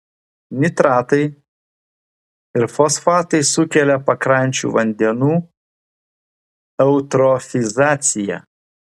nitratai ir fosfatai sukelia pakrančių vandenų eutrofizaciją